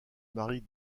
marie